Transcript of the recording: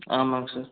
ஆமாம்ங்க சார்